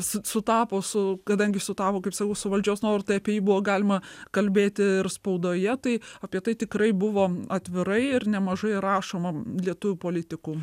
su sutapo su kadangi sutapo kaip sakau su valdžios noru tai apie jį buvo galima kalbėti ir spaudoje tai apie tai tikrai buvom atvirai ir nemažai rašomam lietuvių politikų